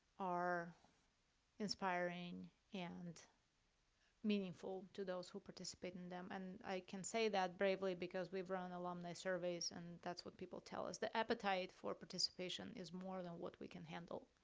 are inspiring and meaningful to those who participate in them. and i can say that bravely because we've run alumni surveys and that's what people tell us. the appetite for participation is more than what we can handle,